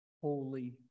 holy